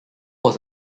was